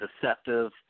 deceptive